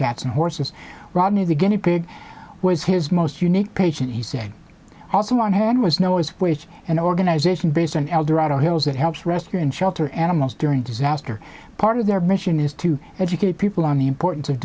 cats and horses rodney the guinea pig was his most unique patient he said also on hand was no as wage an organization based on eldorado hills that helps rescue and shelter animals during disasters part of their mission is to educate people on the importance of